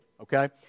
Okay